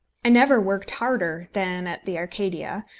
i never worked harder than at the arcadia,